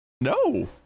No